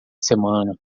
semana